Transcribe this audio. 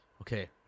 Okay